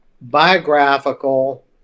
biographical